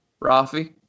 Rafi